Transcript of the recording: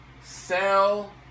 sell